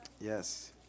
Yes